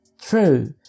true